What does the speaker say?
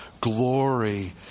Glory